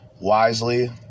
wisely